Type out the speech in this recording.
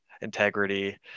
integrity